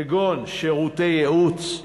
כגון שירותי ייעוץ,